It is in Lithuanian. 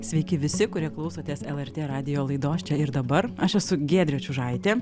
sveiki visi kurie klausotės lrt radijo laidos čia ir dabar aš esu giedrė čiužaitė